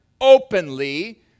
openly